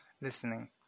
listening